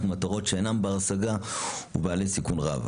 מטרות שאינן ברות השגה ובעלי סיכון רב.